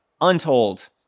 untold